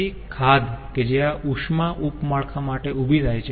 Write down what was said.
તેથી ખાધ કે જે આ ઉષ્મા ઉપ માળખા માટે ઉભી થાય છે